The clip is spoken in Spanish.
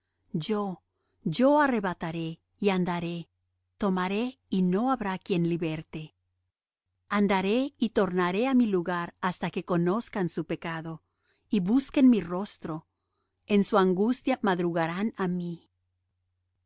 yo yo arrebataré y andaré tomaré y no habrá quien liberte andaré y tornaré á mi lugar hasta que conozcan su pecado y busquen mi rostro en su angustia madrugarán á mi